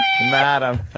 Madam